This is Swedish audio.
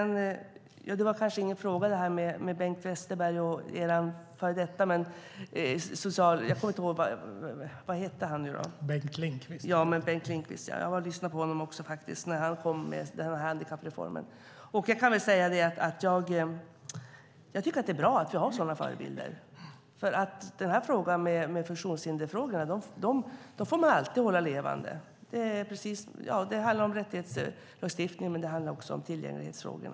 När det gäller Bengt Westerberg och Bengt Lindqvist, som jag var och lyssnade på när han kom med handikappreformen, är det bra att vi har sådana förebilder. Funktionshindersfrågorna får man alltid hålla levande. Det handlar om både rättighetslagstiftningen och tillgänglighetsfrågorna.